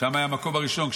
שם היה המקום הראשון.